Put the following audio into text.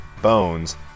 Bones